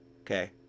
Okay